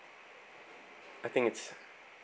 I think it's